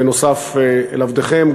בנוסף לעבדכם,